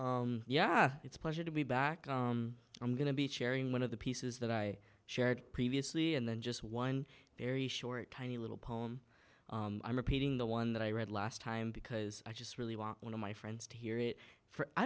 chair yeah it's a pleasure to be back i'm going to be chairing one of the pieces that i shared previously and then just one very short tiny little poem i'm repeating the one that i read last time because i just really want one of my friends to hear it